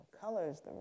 colors